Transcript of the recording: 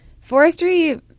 forestry